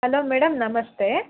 hello madam ನಮಸ್ತೆ